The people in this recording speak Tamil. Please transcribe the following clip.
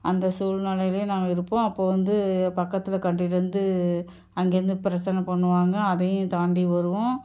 அந்த சூழ்நெலையிலையும் நாங்கள் இருப்போம் அப்போ வந்து பக்கத்தில் கண்ட்ரிலேருந்து அங்கேயிருந்து பிரச்சனை பண்ணுவாங்க அதையும் தாண்டி வருவோம்